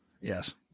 Yes